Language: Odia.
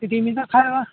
ସେଠି ବି ତ ଖାଇବା